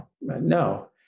No